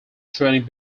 training